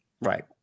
Right